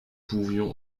pouvions